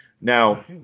Now